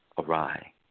awry